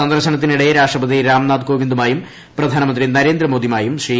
സന്ദർശനത്തിനിടെ രാഷ്ട്രപതി രാംനാഥ് കോവിന്ദുമായും പ്രധാനമന്ത്രി നരേന്ദ്രമോദിയുമായും ശ്രീ